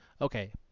Okay